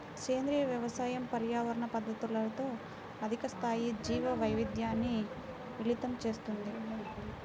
సేంద్రీయ వ్యవసాయం పర్యావరణ పద్ధతులతో అధిక స్థాయి జీవవైవిధ్యాన్ని మిళితం చేస్తుంది